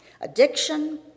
Addiction